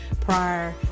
prior